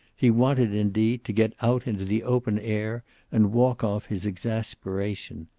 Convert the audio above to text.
he wanted, indeed, to get out into the open air and walk off his exasperation.